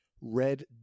Red